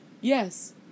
Yes